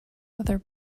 other